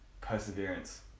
perseverance